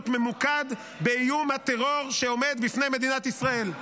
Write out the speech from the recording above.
ממוקד באיום הטרור שעומד בפני מדינת ישראל.